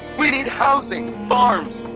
we need housing, farms,